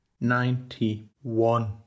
Ninety-one